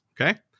okay